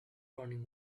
running